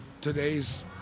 today's